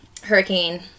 hurricane